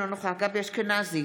אינו נוכח גבי אשכנזי,